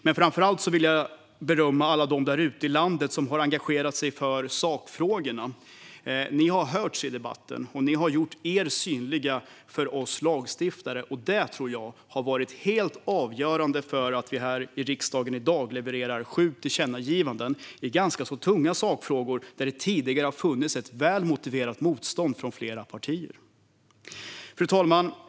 Men framför allt vill jag berömma alla ute i landet som har engagerat sig för sakfrågorna. De har hörts i debatten, och de har gjort sig synliga för oss lagstiftare. Det tror jag har varit helt avgörande för att vi här i riksdagen i dag levererar sju tillkännagivanden i ganska tunga sakfrågor där det från flera partier tidigare har funnits ett motiverat motstånd. Fru talman!